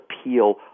appeal